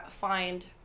find